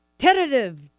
tentative